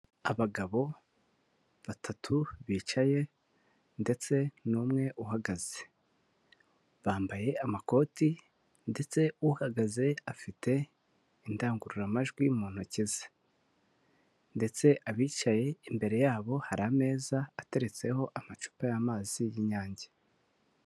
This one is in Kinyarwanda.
Abagabo batatu bicaye ndetse n'umwe uhagaze, bambaye amakoti ndetse uhagaze afite indangururamajwi mu ntoki ze ndetse abicaye imbere y'abo hari ameza ateretseho amacupa y'amazi y'inyange.